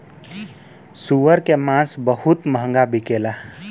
सूअर के मांस बहुत महंगा बिकेला